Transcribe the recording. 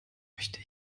möchte